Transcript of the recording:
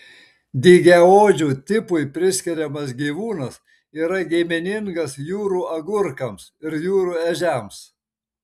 dygiaodžių tipui priskiriamas gyvūnas yra giminingas jūrų agurkams ir jūrų ežiams